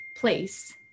place